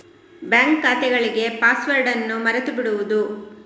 bank ಖಾತೆಗಳಿಗೆ password ಅನ್ನು ಮರೆತು ಬಿಡುವುದು